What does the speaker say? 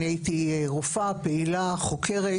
הייתי רופאה פעילה חוקרת